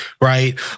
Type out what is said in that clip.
right